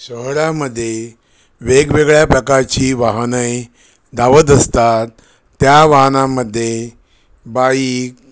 शहरामध्ये वेगवेगळ्या प्रकारची वाहने धावत असतात त्या वाहनामध्ये बाईक